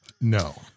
No